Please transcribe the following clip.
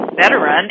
veteran